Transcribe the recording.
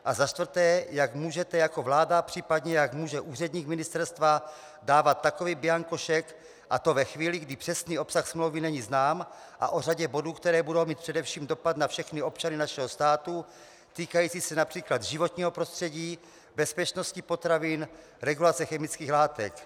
A za čtvrté, jak můžete jako vláda, případně jak může úředník ministerstva dávat takový bianco šek, a to ve chvíli, kdy přesný obsah smlouvy není znám, a o řadě bodů, které budou mít především dopad na všechny občany našeho státu, týkající se například životního prostředí, bezpečnosti potravin, regulace chemických látek.